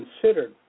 considered